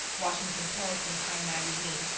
washington post, and time magazine.